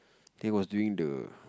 they was doing the